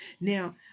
Now